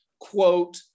quote